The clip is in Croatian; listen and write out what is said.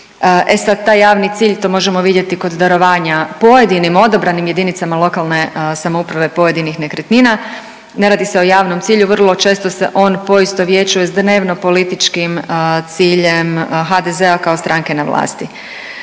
E sad taj javni cilj, to možemo vidjeti kod darovanja pojedinim, odabranim JLS pojedinih nekretnina, ne radi se o javnom cilju, vrlo često se on poistovjećuje s dnevno političkim ciljem HDZ-a kao stranke na vlasti.